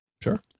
Sure